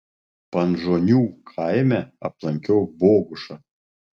punžonių kaime aplankiau bogušą